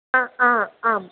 अ अ आम्